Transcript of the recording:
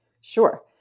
Sure